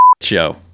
show